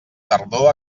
tardor